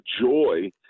joy—